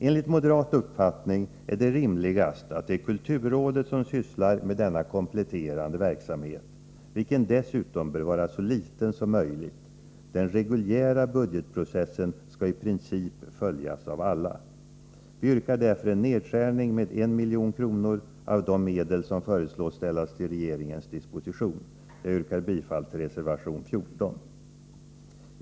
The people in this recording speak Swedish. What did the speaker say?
Enligt moderat uppfattning är det rimligast att det är kulturrådet som sysslar med denna kompletterande verksamhet, vilken dessutom bör vara så liten som möjligt. Den reguljära budgetprocessen skalli princip följas av alla. Vi yrkar därför en nedskärning med 1 milj.kr. av de medel som föreslås ställas till regeringens disposition. Jag yrkar bifall till reservation 14.